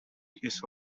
his